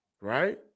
right